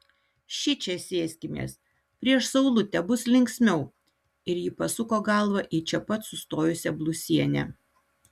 šičia sėskimės prieš saulutę bus linksmiau ir ji pasuko galvą į čia pat sustojusią blusienę